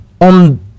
on